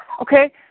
okay